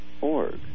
org